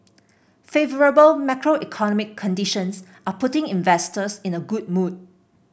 favourable macroeconomic conditions are putting investors in a good mood